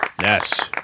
Yes